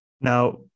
Now